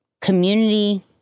community